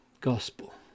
gospel